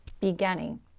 beginning